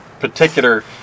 particular